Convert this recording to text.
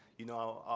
you know.